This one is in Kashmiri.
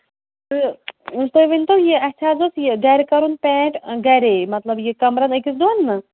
تہٕ تُہۍ ؤنتَو یہِ اَسہِ حظ اوس یہِ گَرِ کَرُن پینٛٹ گَرے مطلب یہِ کَمرَن أکِس دۄن نا